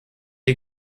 die